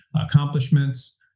accomplishments